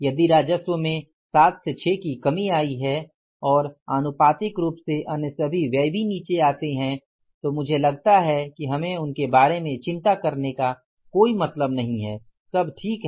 यदि राजस्व में 7 से 6 की कमी आई है और आनुपातिक रूप से अन्य सभी व्यय भी नीचे आते हैं तो मुझे लगता है कि हमे उसके बारे में चिंता करने का कोई मतलब नहीं है सब ठीक है